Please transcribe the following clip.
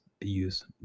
use